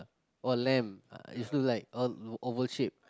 or lamp it's look like o~ oval shape